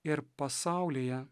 ir pasaulyje